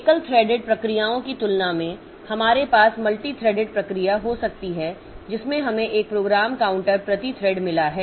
एकल थ्रेडेड प्रक्रियाओं की तुलना में हमारे पास मल्टीथ्रेडेड प्रक्रिया हो सकती है जिसमें हमें एक प्रोग्राम काउंटर प्रति थ्रेड मिला है